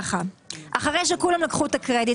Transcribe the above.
אחרי שכולם לקחו את הקרדיט,